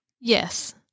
Yes